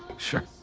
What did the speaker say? sure